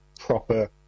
proper